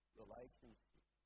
relationship